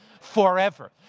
Forever